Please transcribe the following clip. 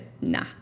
nah